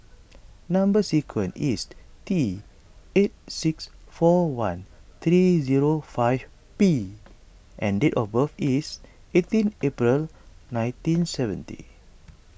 Number Sequence is T eight six four one three zero five P and date of birth is eighteen April nineteen seventy